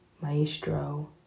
Maestro